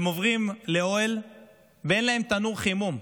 הם עוברים לאוהל ואין להם תנור חימום,